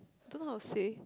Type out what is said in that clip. don't know how to say